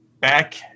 back